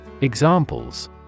Examples